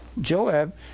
Joab